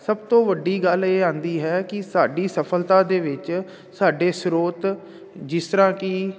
ਸਭ ਤੋਂ ਵੱਡੀ ਗੱਲ ਇਹ ਆਉਂਦੀ ਹੈ ਕਿ ਸਾਡੀ ਸਫਲਤਾ ਦੇ ਵਿੱਚ ਸਾਡੇ ਸਰੋਤ ਜਿਸ ਤਰ੍ਹਾਂ ਕਿ